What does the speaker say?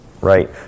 right